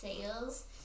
sales